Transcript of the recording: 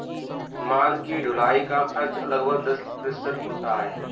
माल की ढुलाई का खर्च लगभग दस प्रतिशत होता है